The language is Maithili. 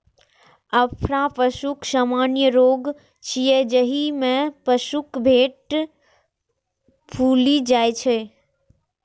अफरा पशुक सामान्य रोग छियै, जाहि मे पशुक पेट फूलि जाइ छै